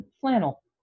flannel